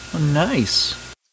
nice